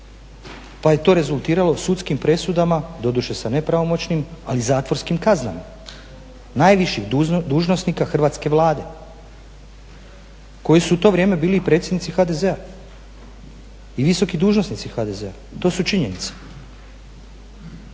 pa je to rezultiralo sudskim presudama doduše sa nepravomoćnim ali zatvorskim kaznama, najviših dužnosnika hrvatske Vlade koji su u to vrijeme bili predsjednici HDZ-a i visoki dužnosnici HDZ-a to su činjenice.